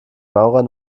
maurer